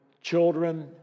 children